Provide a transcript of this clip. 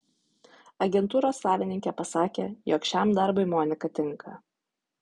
agentūros savininkė pasakė jog šiam darbui monika tinka